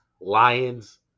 Lions